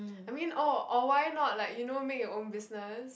I mean oh or why not like you know make your own business